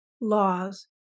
laws